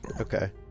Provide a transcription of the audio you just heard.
Okay